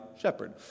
shepherd